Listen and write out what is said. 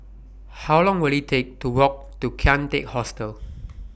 How Long Will IT Take to Walk to Kian Teck Hostel